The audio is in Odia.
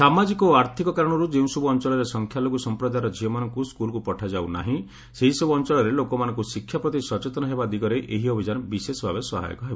ସାମାଜିକ ଓ ଆର୍ଥକ କାରଣରୁ ଯେଉଁସବୁ ଅଞ୍ଚଳରେ ସଂଖ୍ୟାଲଘୁ ସମ୍ପ୍ରଦାୟର ଝିଅମାନଙ୍କୁ ସ୍କୁଲକୁ ପଠାଯାଉନାହିଁ ସେହିସବୁ ଅଞ୍ଚଳରେ ଲୋକମାନଙ୍କୁ ଶିକ୍ଷା ପ୍ରତି ସଚେତନ ହେବା ଦିଗରେ ଏହି ଅଭିଯାନ ବିଶେଷଭାବେ ସହାୟକ ହେବ